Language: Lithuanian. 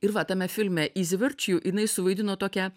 ir va tame filme izvirčiju jinai suvaidino tokią